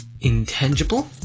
Intangible